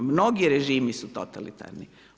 Mnogi režimi su totalitarni.